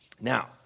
Now